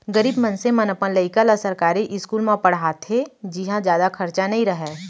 गरीब मनसे मन अपन लइका ल सरकारी इस्कूल म पड़हाथे जिंहा जादा खरचा नइ रहय